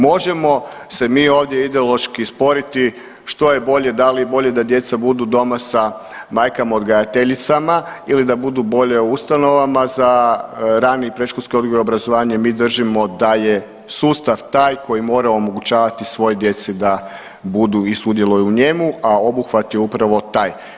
Možemo se mi ovdje ideološki sporiti što je bolje, da li je bolje da djeca budu doma sa majkama odgajateljicama ili da budu bolje u ustanovama za rani i predškolski odgoj i obrazovanje, mi držimo da je sustav taj koji mora omogućavati svoj djeci da budu i sudjeluju u njemu, a obuhvat je upravo taj.